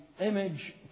image